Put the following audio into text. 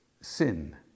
sin